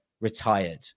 retired